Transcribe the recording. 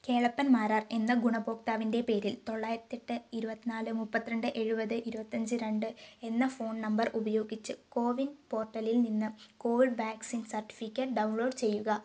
കേളപ്പൻ മാരാർ എന്ന ഗുണഭോക്താവിൻ്റെ പേരിൽ തൊള്ളായിരത്തി എട്ട് ഇരുപത്തി നാല് മുപ്പത്തി രണ്ട് എഴുപത് ഇരുപത്തി അഞ്ച് രണ്ട് എന്ന ഫോൺ നമ്പർ ഉപയോഗിച്ച് കോവിൻ പോർട്ടലിൽ നിന്ന് കോവിഡ് വാക്സിൻ സർട്ടിഫിക്കറ്റ് ഡൗൺലോഡ് ചെയ്യുക